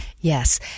Yes